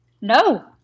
No